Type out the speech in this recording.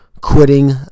quitting